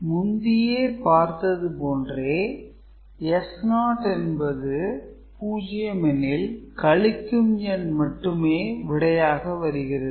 முந்தியே பார்த்தது போன்றே S0 என்பது 0 எனில் கழிக்கும் எண் மட்டுமே விடையாக வருகிறது